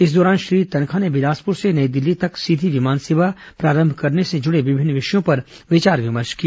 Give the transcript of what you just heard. इस दौरान श्री तन्खा ने बिलासपुर से नई दिल्ली तक सीधी विमान सेवा प्रारंभ करने से जुड़े विभिन्न विषयों पर विचार विमर्श किया